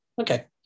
Okay